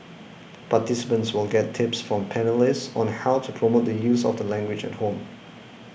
participants will get tips from panellists on how to promote the use of the language at home